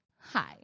hi